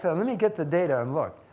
so let me get the data and look.